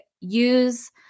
use –